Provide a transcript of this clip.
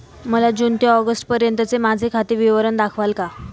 मला जून ते ऑगस्टपर्यंतचे माझे खाते विवरण दाखवाल का?